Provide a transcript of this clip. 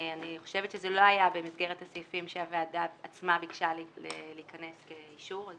אני חושבת שזה לא היה במסגרת הסעיפים שהוועדה עצמה ביקשה להיכנס כאישור.